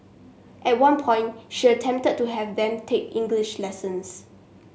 at one point she attempted to have them take English lessons